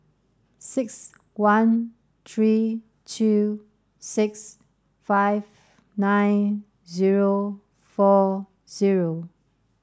six one three two six five nine zero four zero